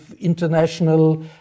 international